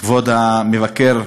כבוד המבקר,